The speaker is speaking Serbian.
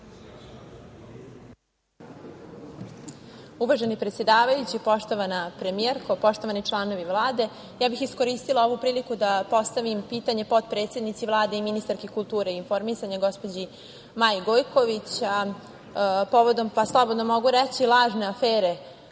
Uvaženi predsedavajući, poštovana premijerko, poštovani članovi Vlade, iskoristila bih ovu priliku da postavim pitanje potpredsednici vlade, ministarki kulture i informisanja gospođi Maji Gojković, povodom, slobodno mogu reći lažne afere